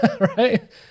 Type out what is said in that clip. right